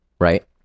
right